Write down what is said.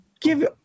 give